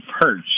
perch